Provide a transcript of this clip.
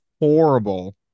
horrible